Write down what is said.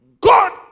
God